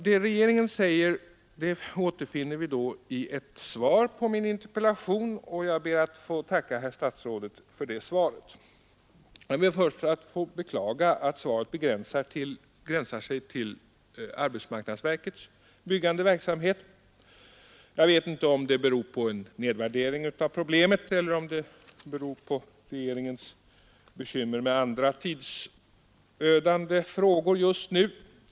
Vad regeringen säger återfinner vi i svaret på min interpellation. Jag ber att få tacka herr statsrådet för detta svar. Jag vill först beklaga att svaret begränsar sig till arbetsmarknadsverkets byggande verksamhet. Jag vet inte om det beror på en nedvärdering av problemet eller om det beror på regeringens bekymmer med andra tidsödande frågor just nu.